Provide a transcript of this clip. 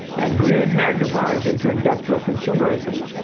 and greed magnifies into industrial consumerism.